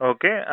Okay